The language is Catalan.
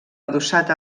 adossat